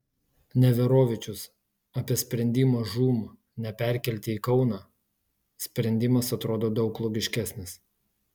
neverovičius apie sprendimą žūm neperkelti į kauną sprendimas atrodo daug logiškesnis